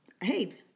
hey